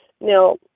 Now